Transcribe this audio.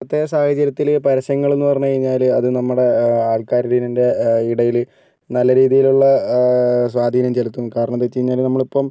പ്രത്യേക സാഹചര്യത്തിൽ പരസ്യങ്ങളെന്ന് പറഞ്ഞു കഴിഞ്ഞാൽ അത് നമ്മുടെ ആൽക്കാരുടീനിൻ്റെ ഇടയിൽ നല്ല രീതിയിലുള്ള സ്വാധീനം ചെലുത്തും കാരണമെന്താണെന്ന് വെച്ചു കഴിഞ്ഞാൽ നമ്മളിപ്പം